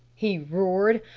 he roared.